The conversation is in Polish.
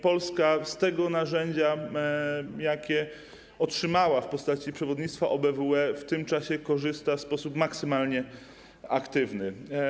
Polska z tego narzędzia, jakie otrzymała w postaci przewodnictwa OBWE, w tym czasie korzysta w sposób maksymalnie aktywny.